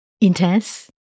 Intense